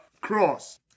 cross